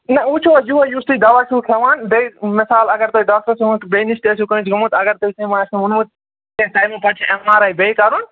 نہ وٕچھُو حظ یِہوٚے یُس تُہۍ دوا چھُو کھٮ۪وان بیٚیہِ مِثال اَگر تۄہہِ ڈاکٹر بیٚیہِ نِش تہِ ٲسِو کٲنٛسہِ گوٚمُت اگر تٔمۍ مَہ آسہِ ووٚنمُت کیٚنٛہہ ٹایمہٕ پَتہٕ چھِ اٮ۪م آر آی بیٚیہ کَرُن